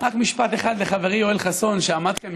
רק משפט אחד לחברי יואל חסון שעמד כאן